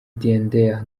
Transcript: diendéré